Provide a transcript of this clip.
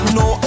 no